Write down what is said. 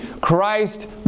Christ